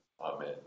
Amen